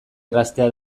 erraztea